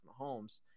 Mahomes